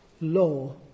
law